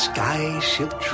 Skyship